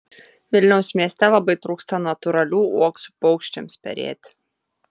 vilniaus mieste labai trūksta natūralių uoksų paukščiams perėti